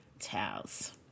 towels